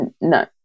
no